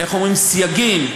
איך אומרים, סייגים,